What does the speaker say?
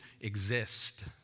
exist